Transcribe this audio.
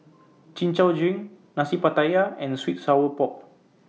Chin Chow Drink Nasi Pattaya and Sweet Sour Pork